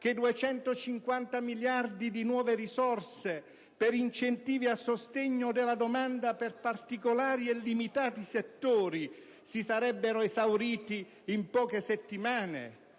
che i 250 milioni di nuove risorse per incentivi a sostegno della domanda per particolari e limitati settori si sarebbero esauriti in poche settimane?